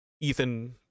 ethan